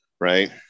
Right